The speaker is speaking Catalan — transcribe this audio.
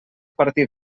partir